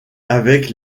avec